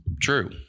True